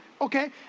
okay